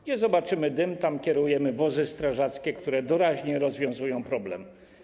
Gdzie zobaczymy dym, tam kierujemy wozy strażackie, które doraźnie rozwiązują problem.